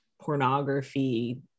pornography